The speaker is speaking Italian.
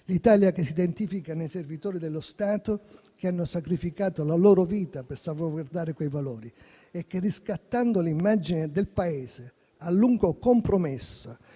l'Italia che si identifica nei servitori dello Stato che hanno sacrificato la loro vita per salvaguardare quei valori e che, riscattando l'immagine del Paese, a lungo compromessa